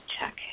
check